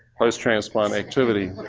post transplant activity.